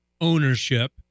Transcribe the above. ownership